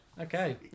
okay